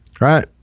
Right